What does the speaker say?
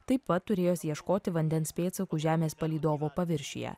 taip pat turėjęs ieškoti vandens pėdsakų žemės palydovo paviršiuje